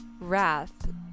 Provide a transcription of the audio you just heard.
wrath